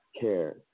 care